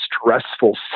stressful